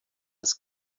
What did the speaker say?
als